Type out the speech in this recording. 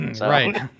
Right